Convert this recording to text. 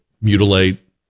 mutilate